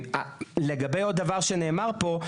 לגבי עוד דבר שנאמר פה,